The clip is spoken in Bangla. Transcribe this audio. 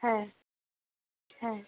হ্যাঁ হ্যাঁ